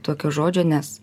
tokio žodžio nes